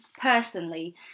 personally